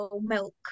milk